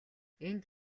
энд